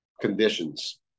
conditions